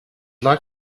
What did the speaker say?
like